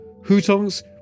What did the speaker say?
hutongs